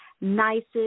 nicest